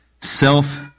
self